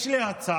יש לי הצעה.